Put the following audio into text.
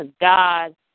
God